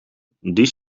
die